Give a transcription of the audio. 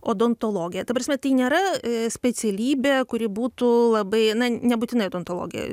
odontologija ta prasme tai nėra specialybė kuri būtų labai na nebūtinai odontologija